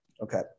Okay